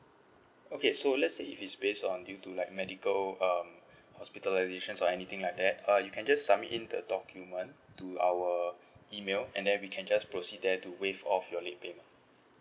okay so let's say if it's based on due to like medical um hospitalization or anything like that uh you can just submit in the document to our email and then we can just proceed there to waive off your late payment